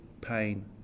pain